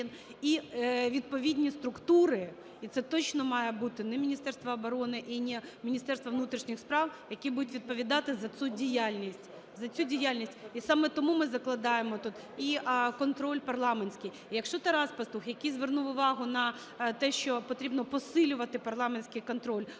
і відповідні структури. І це точно мають бути не Міністерство оборони і не Міністерство внутрішніх справ, які будуть відповідати за цю діяльність, за цю діяльність. І саме тому ми закладаємо тут і контроль парламентський. Якщо Тарас Пастух, який звернув увагу на те, що потрібно посилювати парламентський контроль,